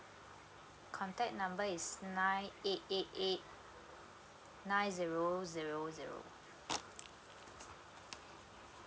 contact number is nine eight eight eight nine zero zero zero